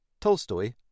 Tolstoy